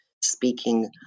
speaking